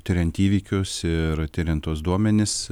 tiriant įvykius ir tiriant tuos duomenis